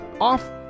off